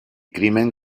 crimen